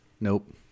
Nope